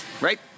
right